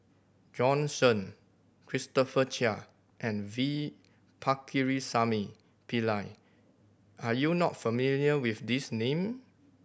Bjorn Shen Christopher Chia and V Pakirisamy Pillai are you not familiar with these name